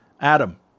Adam